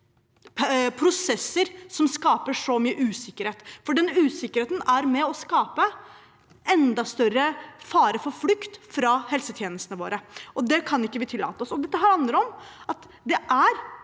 prosesser, som skaper så mye usikkerhet, for den usikkerheten er med på å skape enda større fare for flukt fra helsetjenestene våre, og det kan vi ikke tillate oss. Det handler om at det er